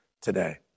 today